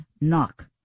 knock